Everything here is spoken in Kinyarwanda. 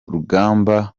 rugamba